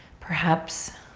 perhaps,